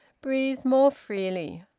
breathed more freely.